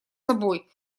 собой